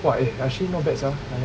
!wah! eh actually not bad sia like that